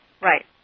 Right